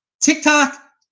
TikTok